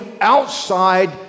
outside